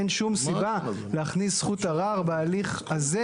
אין שום סיבה להכניס זכות ערר בהליך הזה,